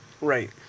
Right